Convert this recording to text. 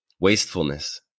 wastefulness